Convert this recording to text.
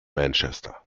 manchester